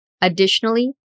Additionally